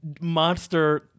monster